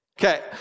Okay